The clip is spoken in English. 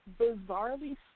bizarrely